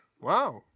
Wow